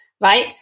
right